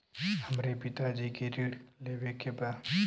हमरे पिता जी के ऋण लेवे के बा?